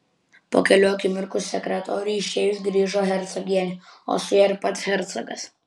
po kelių akimirkų sekretoriui išėjus grįžo hercogienė o su ja ir pats hercogas